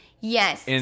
Yes